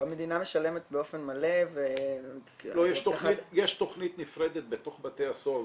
המדינה משלמת באופן מלא -- יש תכנית נפרדת בתוך בתי הסוהר,